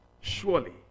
Surely